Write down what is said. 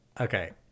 Okay